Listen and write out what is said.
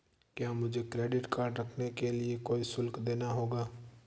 क्या मुझे credit card रखने के लिए कोई शुल्क देना होगा?